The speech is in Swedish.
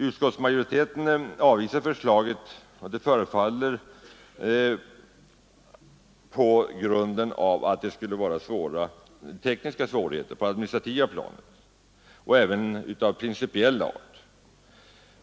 Utskottsmajoriteten avvisar förslaget, som det förefaller på grund av att det skulle föreligga stora tekniska svårigheter på det administrativa planet men även av principiell art.